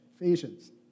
Ephesians